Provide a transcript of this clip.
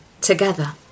together